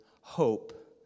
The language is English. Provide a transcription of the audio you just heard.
hope